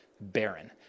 barren